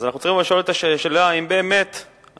ואז אנחנו צריכים לשאול את השאלה האם באמת אנחנו